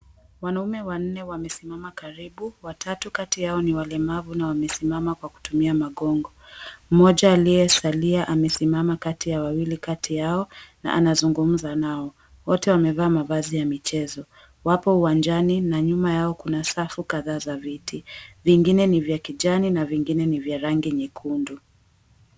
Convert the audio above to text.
Wanaume wanne wamesimama karibu, watatu kati yao ni walemavu na wamesimama kwa kutumia magongo. Mmoja aliyesalia amesimama kati ya wawili kati yao na anazungumza nao. Wote wamevaa mavazi ya michezo. Wapo uwanjani na nyuma yao kuna safu kadhaa za viti, vingine ni vya kijani na vingine ni vya rangi nyekundu.